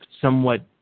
somewhat